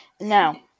Now